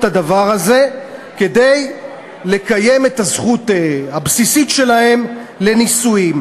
הדבר הזה כדי לקיים את הזכות הבסיסית שלהם לנישואים.